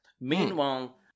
Meanwhile